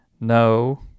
no